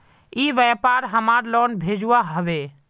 ई व्यापार हमार लोन भेजुआ हभे?